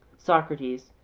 socrates,